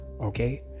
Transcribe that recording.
okay